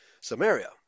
Samaria